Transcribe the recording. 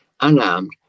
unarmed